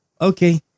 Okay